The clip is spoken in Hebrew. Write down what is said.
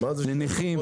לנכים.